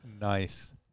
nice